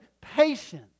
patience